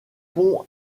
pont